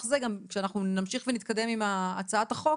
זה כשאנחנו נמשיך ונתקדם עם הצעת החוק